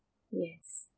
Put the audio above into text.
yes